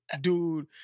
dude